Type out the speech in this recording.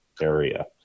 area